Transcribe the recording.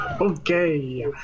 Okay